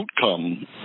outcome